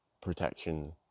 protection